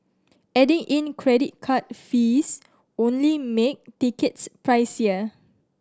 adding in credit card fees only make tickets pricier